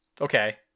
Okay